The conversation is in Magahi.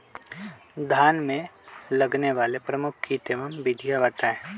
धान में लगने वाले प्रमुख कीट एवं विधियां बताएं?